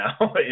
now